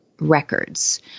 records